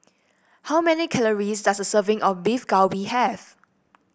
how many calories does a serving of Beef Galbi have